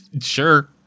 sure